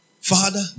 Father